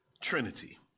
Trinity